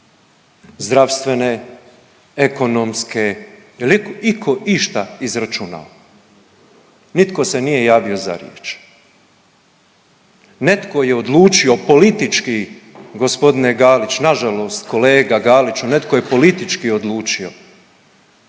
zdravstvene, ekonomske, je liko išta izračunao? Nitko se nije javio za riječ. Netko je odlučio politički g. Galić nažalost kolega Galiću netko je politički odlučio